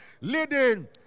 leading